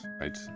right